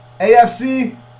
AFC